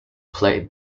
played